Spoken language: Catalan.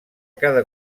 cada